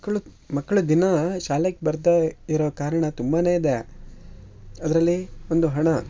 ಮಕ್ಳು ಮಕ್ಕಳು ದಿನ ಶಾಲೆಗೆ ಬರದೇ ಇರೋ ಕಾರಣ ತುಂಬಾ ಇದೆ ಅದರಲ್ಲಿ ಒಂದು ಹಣ